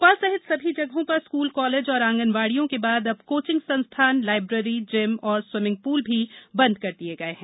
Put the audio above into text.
भोपाल सहित सभी जगहों पर स्कूल कॉलेज और आंगनवाड़ियों के बाद अब कोचिंग संस्थान लायब्रेरी जिम और स्वीमिंग पूल भी बंद कर दिये गये हैं